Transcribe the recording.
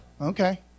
Okay